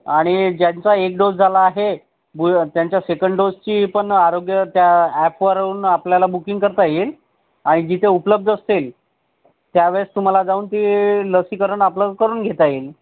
आणि ज्यांचा एक डोस झाला आहे बूस्टर त्यांच्या सेकंड डोसची पण आरोग्य त्या ॲपवरून आपल्याला बुकिंग करता येईल आणि जिथं उपलब्ध असेल त्यावेळेस तुम्हाला जाऊन ते लसीकरण आपलं करून घेता येईल